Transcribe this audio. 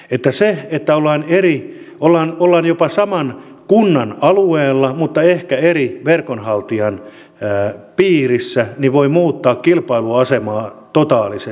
eli se että ollaan jopa saman kunnan alueella mutta ehkä eri verkonhaltijan piirissä voi muuttaa kilpailuasemaa totaalisesti